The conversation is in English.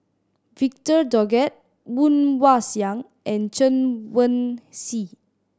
Victor Doggett Woon Wah Siang and Chen Wen Hsi